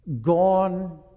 gone